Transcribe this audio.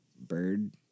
bird